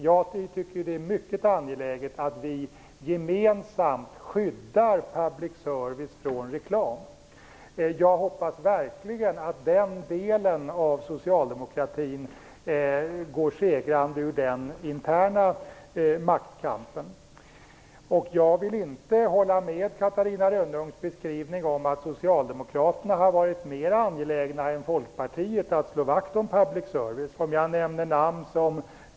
Jag tycker att det är mycket angeläget att vi gemensamt skyddar public service-företag från reklam. Jag hoppas verkligen att den delen av socialdemokratin går segrande ur den interna maktkampen. Jag vill inte hålla med Catarina Rönnungs beskrivning av att Socialdemokraterna har varit mer angelägna än Folkpartiet att slå vakt om public service-företag.